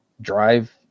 drive